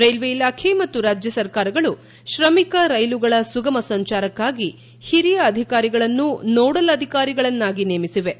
railway ಇಲಾಖೆ ಮತ್ತು ರಾಜ್ಯ ಸರ್ಕಾರಗಳು ಶ್ರಮಿಕ ರೈಲುಗಳ ಸುಗಮ ಸಂಚಾರಕ್ಕಾಗಿ ಹಿರಿಯ ಅಧಿಕಾರಿಗಳನ್ನು ನೋಡಲ್ ಅಧಿಕಾರಿಗಳನ್ನಾಗಿ ನೇಮಿಸಿವೆ